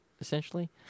essentially